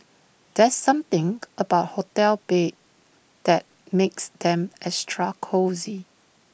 there's something about hotel beds that makes them extra cosy